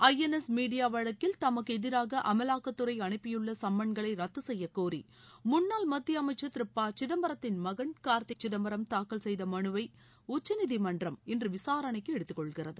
ஐ N X media வழக்கில் தமக்கு எதிராக அமலாக்கத்துறை அனுப்பியுள்ள சும்மன்களை ரத்து செய்ய கோரி முன்னாள் மத்திய அமைச்சர் திரு ப சிதம்பரத்தின் மகள் கார்த்தி சிதம்பரம் தாக்கல் செய்த மனுவை உச்சநீதிமன்றம் இன்று விசாரணைக்கு எடுத்துக்கொள்கிறது